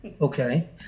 Okay